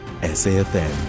SAFM